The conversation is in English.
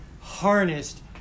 harnessed